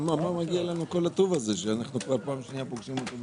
תפיסה שנייה אומרת: בואו נהפוך את הפריפריה